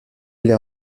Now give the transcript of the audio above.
ville